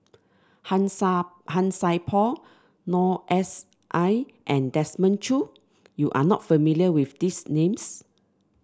Han Han Sai Por Noor S I and Desmond Choo you are not familiar with these names